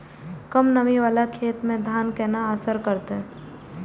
कम नमी वाला खेत में धान केना असर करते?